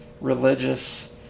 religious